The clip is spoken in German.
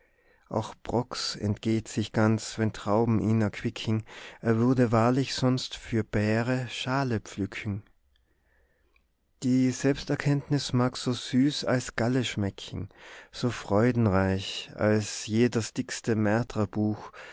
auch broks entgeht sich ganz wenn trauben ihn erquicken er würde wahrlich sonst für beere schale pflücken die selbsterkenntnis mag so süß als galle schmecken so freudenreich als je das dickste